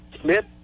Smith